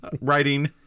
writing